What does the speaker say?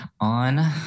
on